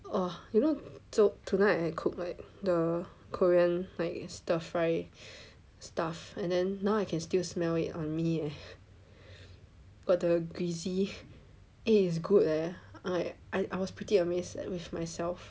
you know tonight I cooked like the Korean like stir fry stuff and then now I can still smell it on me eh got the greasy eh is good leh I was pretty amazed at with myself